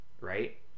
right